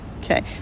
okay